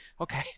Okay